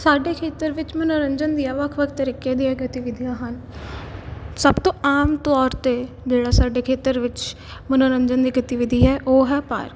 ਸਾਡੇ ਖੇਤਰ ਵਿੱਚ ਮਨੋਰੰਜਨ ਦੀਆਂ ਵੱਖ ਵੱਖ ਤਰੀਕੇ ਦੀਆਂ ਗਤੀਵਿਧੀਆਂ ਹਨ ਸਭ ਤੋਂ ਆਮ ਤੌਰ 'ਤੇ ਜਿਹੜਾ ਸਾਡੇ ਖੇਤਰ ਵਿੱਚ ਮਨੋਰੰਜਨ ਦੀ ਗਤੀਵਿਧੀ ਹੈ ਉਹ ਹੈ ਪਾਰਕ